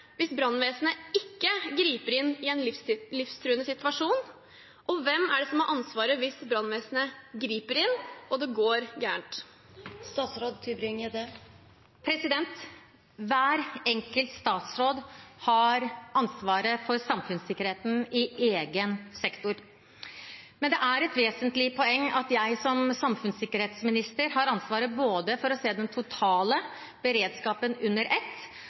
hvis brannvesenet ikke griper inn i en livstruende situasjon? Og hvem er det som har ansvaret hvis brannvesenet griper inn, og det går galt? Hver enkelt statsråd har ansvaret for samfunnssikkerheten i egen sektor. Men det er et vesentlig poeng at jeg som samfunnssikkerhetsminister har ansvaret både for å se den totale beredskapen under ett